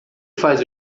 faz